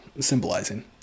symbolizing